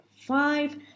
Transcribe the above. five